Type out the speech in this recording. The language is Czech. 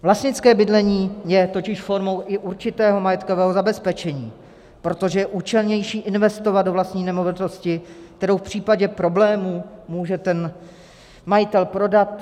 Vlastnické bydlení je totiž formou i určitého majetkového zabezpečení, protože je účelnější investovat do vlastní nemovitosti, kterou v případě problémů může majitel prodat.